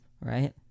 Right